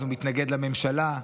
אז הוא מתנגד לממשלה.